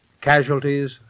casualties